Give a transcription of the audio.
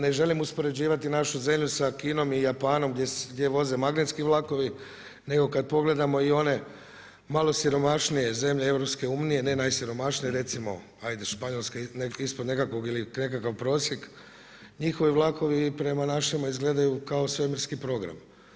Ne želim uspoređivati našu zemlju sa Kinom i Japanom, gdje voze magnetski vlakovi, nego kad pogledamo i one malo siromašnije zemlje EU, ne najsiromašnije, recimo ajde Španjolska je ispod nekakvog ili nekakav prosjek, njihovi vlakovi prema našima izgledaju kao svemirski programi.